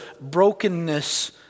brokenness